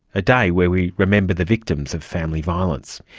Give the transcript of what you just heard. a day where we remember the victims of family violence.